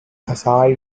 aside